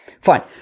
Fine